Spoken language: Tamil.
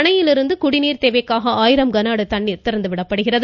அணையிலிருந்து குடிநீர் தேவைக்காக கனஅடி தண்ணீர் திறந்துவிடப்படுகிறது